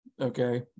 okay